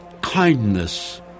kindness